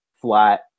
flat